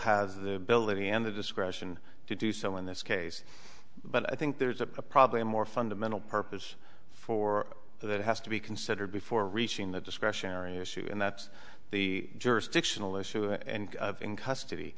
has the ability and the discretion to do so in this case but i think there's a probably more fundamental purpose for that has to be considered before reaching the discretionary issue and that's the jurisdictional issue and in custody